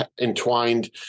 entwined